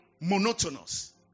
monotonous